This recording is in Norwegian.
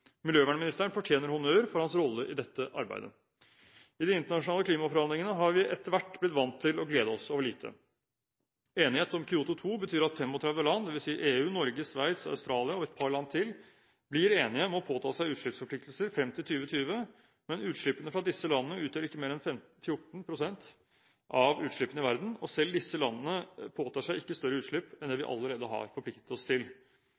Miljøvernministeren fortjener honnør for sin rolle i dette arbeidet. I de internasjonale klimaforhandlingene har vi etter hvert blitt vant til å glede oss over lite. Enighet om Kyoto 2 betyr at 35 land, dvs. EU, Norge, Sveits, Australia og et par land til, blir enige om å påta seg utslippsforpliktelser frem til 2020. Men utslippene fra disse landene utgjør ikke mer enn 14 pst. av utslippene i verden, og selv disse landene påtar seg ikke større utslipp enn det vi allerede har forpliktet oss til.